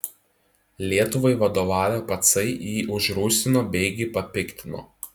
lietuvai vadovavę pacai jį užrūstino beigi papiktino